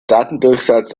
datendurchsatz